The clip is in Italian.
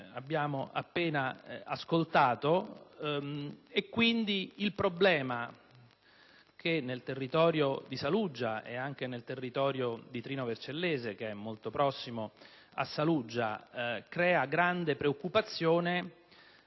abbiamo appena ascoltato, e quindi il problema che nel territorio di Saluggia e anche di Trino Vercellese, che è molto prossimo a Saluggia, crea grande preoccupazione